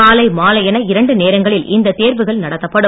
காலை மாலை என இரண்டு நேரங்களில் இந்த தேர்வுகள் நடத்தப்படும்